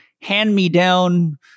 hand-me-down